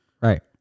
Right